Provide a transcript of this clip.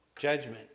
Judgment